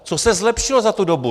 Co se zlepšilo za tu dobu?